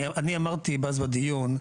אני אמרתי, אז בדיון,